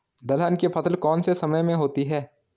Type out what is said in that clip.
दलहन की फसल कौन से समय में होती है?